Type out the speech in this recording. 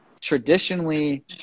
traditionally